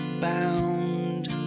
bound